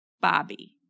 Bobby